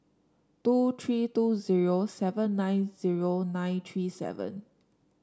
two three two zero seven nine zero nine three seven